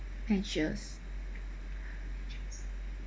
anxious